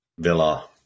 Villa